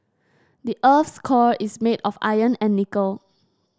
the earth's core is made of iron and nickel